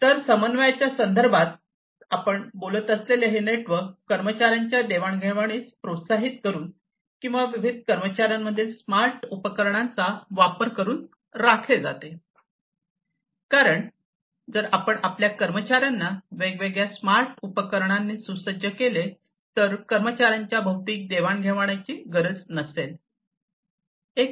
तर समन्वयाच्या संदर्भात आपण बोलत असलेले हे नेटवर्क कर्मचार्यांच्या देवाणघेवाणीस प्रोत्साहित करून किंवा विविध कर्मचार्यांमधील स्मार्ट उपकरणांचा वापर करून राखले जाते कारण जर आपण आपल्या कर्मचार्यांना वेगवेगळ्या स्मार्ट उपकरणांनी सुसज्ज केले तर कर्मचार्यांच्या भौतिक देवाणघेवाणीची गरज नसेल